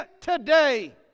today